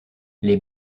les